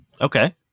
Okay